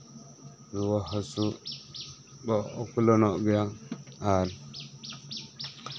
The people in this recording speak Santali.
ᱨᱩᱣᱟᱹ ᱦᱟᱹᱥᱳ ᱫᱚ ᱩᱯᱞᱟᱹᱱᱚᱜ ᱜᱮᱭᱟ ᱟᱨ